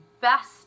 best